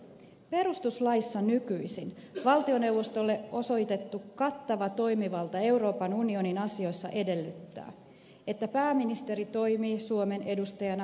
perustuslaissa nykyisin valtioneuvostolle osoitettu kattava toimivalta euroopan unionin asioissa edellyttää että pääministeri toimii suomen edustajana mainituissa kokouksissa